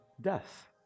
death